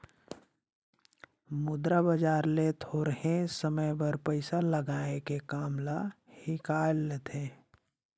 मुद्रा बजार ले थोरहें समे बर पइसा लाएन के काम ल हिंकाएल लेथें